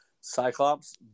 Cyclops